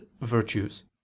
virtues